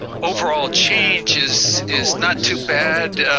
overall change is is not too bad.